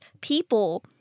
people